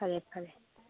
ꯐꯔꯦ ꯐꯔꯦ